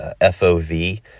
FOV